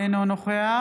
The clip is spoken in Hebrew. אינו נוכח